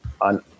on